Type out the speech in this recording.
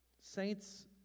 saints